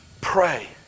Pray